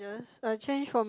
yes a change from